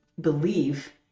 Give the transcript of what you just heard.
believe